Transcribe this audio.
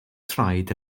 traed